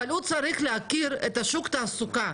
אבל הוא צריך להכיר את שוק התעסוקה,